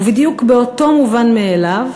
ובדיוק באותו מובן מאליו,